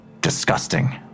disgusting